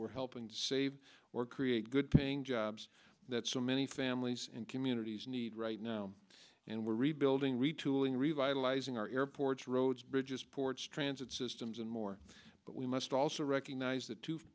we're helping to save or create good paying jobs that so many families and communities need right now and we're rebuilding retooling revitalizing our airports roads bridges ports transit systems and more but we must also recognize th